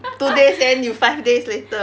two days then you five days later